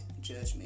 judgment